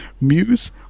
Muse